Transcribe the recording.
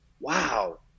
wow